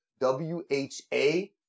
W-H-A